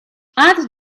add